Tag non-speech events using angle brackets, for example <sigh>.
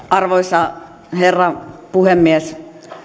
<unintelligible> arvoisa herra puhemies